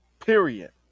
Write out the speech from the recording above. Period